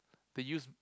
they use